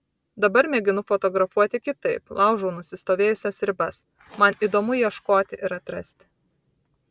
dabar mėginu fotografuoti kitaip laužau nusistovėjusias ribas man įdomu ieškoti ir atrasti